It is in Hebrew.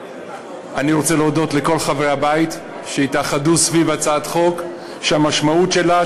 אני רוצה להודות לכל חברי הבית שהתאחדו סביב הצעת חוק שהמשמעות שלה,